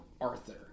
Arthur